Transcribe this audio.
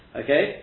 okay